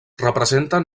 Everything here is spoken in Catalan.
representen